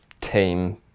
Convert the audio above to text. team